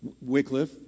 Wycliffe